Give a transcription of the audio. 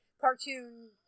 cartoon